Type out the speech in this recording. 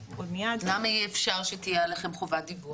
למה אי אפשר שתהיה עליכם חובת דיווח,